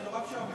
זה נורא משעמם.